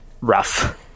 rough